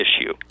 issue